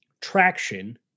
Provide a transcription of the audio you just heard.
traction